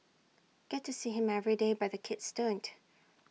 get to see him every day but the kids don't